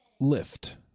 lift